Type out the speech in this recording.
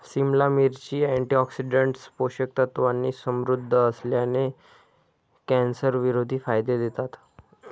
सिमला मिरची, अँटीऑक्सिडंट्स, पोषक तत्वांनी समृद्ध असल्याने, कॅन्सरविरोधी फायदे देतात